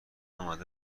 اومده